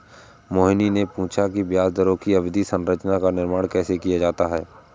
मोहिनी ने पूछा कि ब्याज दरों की अवधि संरचना का निर्माण कैसे किया जाता है?